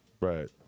Right